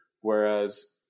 Whereas